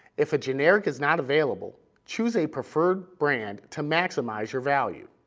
if a generic is not available, choose a preferred brand to maximize your value.